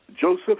Joseph